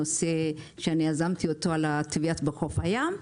נושא שאני יזמתי אותו על הטביעות בחוף הים,